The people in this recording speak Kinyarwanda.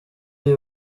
iy’i